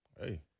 Hey